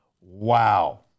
Wow